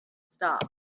stopped